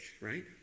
right